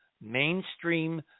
mainstream